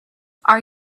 are